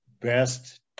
best